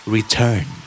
Return